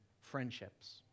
friendships